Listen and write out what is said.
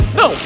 no